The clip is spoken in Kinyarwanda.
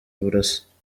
burasa